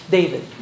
David